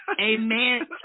Amen